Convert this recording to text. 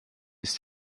ist